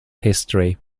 history